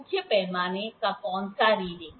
मुख्य पैमाने का कौन सा रीडिंग